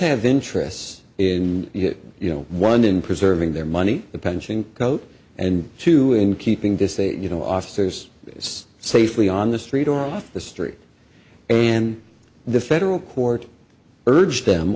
have interests in you know one in preserving their money the pension code and two in keeping this a you know officers it's safely on the street or off the street and the federal court urged them